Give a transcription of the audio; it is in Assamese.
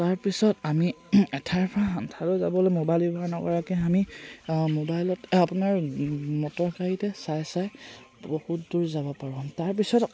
তাৰপিছত আমি এঠাইৰ পৰা আন ঠাইলৈ যাবলৈ মোবাইল ব্যৱহাৰ নকৰাকে আমি মোবাইলত আপোনাৰ মটৰ গাড়ীতে চাই চাই বহুত দূৰ যাব পাৰোঁ তাৰপিছত